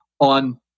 on